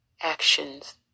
Actions